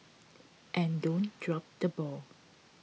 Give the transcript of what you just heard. and don't drop the ball